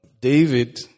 David